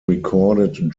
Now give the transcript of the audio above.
recorded